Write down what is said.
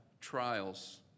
trials